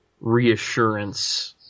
reassurance